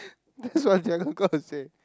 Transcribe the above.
that's what gonna say